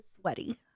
Sweaty